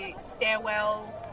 stairwell